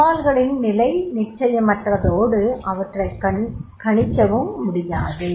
சவால்களின் நிலை நிச்சயமற்றதோடு அவற்றைக் கணிக்கவும் முடியாது